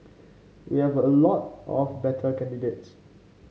we have a lot of better candidates